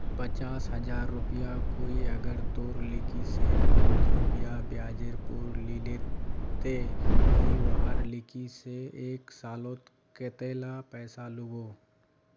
पचास हजार रुपया कोई अगर तोर लिकी से पाँच रुपया ब्याजेर पोर लीले ते ती वहार लिकी से एक सालोत कतेला पैसा लुबो?